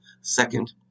Second